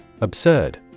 Absurd